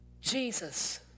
Jesus